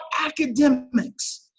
academics